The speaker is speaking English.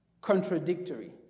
contradictory